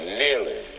nearly